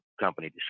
company